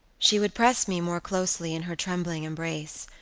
she would press me more closely in her trembling embrace,